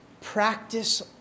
Practice